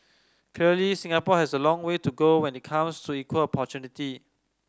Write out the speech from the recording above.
clearly Singapore has a long way to go when it comes to equal opportunity